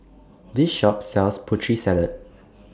This Shop sells Putri Salad